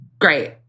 great